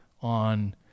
on